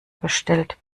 bestellt